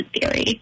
Theory